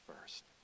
first